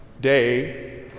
day